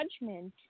judgment